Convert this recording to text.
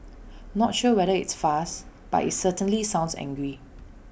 not sure whether it's fast but IT certainly sounds angry